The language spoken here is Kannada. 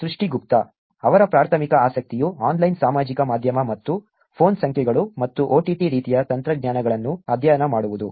ಅದು ಸೃಷ್ಟಿ ಗುಪ್ತಾ ಅವರ ಪ್ರಾಥಮಿಕ ಆಸಕ್ತಿಯು ಆನ್ಲೈನ್ ಸಾಮಾಜಿಕ ಮಾಧ್ಯಮ ಮತ್ತು ಫೋನ್ ಸಂಖ್ಯೆಗಳು ಮತ್ತು OTT ರೀತಿಯ ತಂತ್ರಜ್ಞಾನಗಳನ್ನು ಅಧ್ಯಯನ ಮಾಡುವುದು